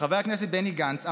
חבר הכנסת בני גנץ אמר: